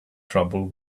trouble